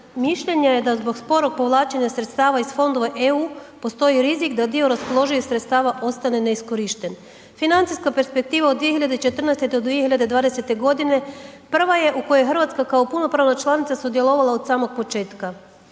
mišljenja je da zbog sporog povlačenja sredstava iz fondova EU postoji rizik da dio raspoloživih sredstava ostane neiskorišten. Financijska perspektiva od 2014. do 2020. godine prva je u kojoj Hrvatska kao punopravna članica sudjelovala od samog početka.